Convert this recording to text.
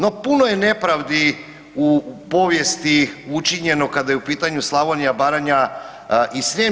No puno je nepravdi u povijesti učinjeno kada je u pitanju Slavonija, Baranja i Srijem.